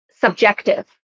subjective